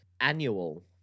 annual